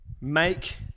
make